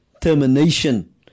termination